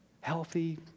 healthy